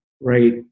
right